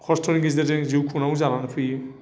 खस्त'नि गेजेरजों जिउ खुंनांगौ जानानै फैयो